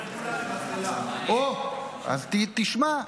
אז תשמע.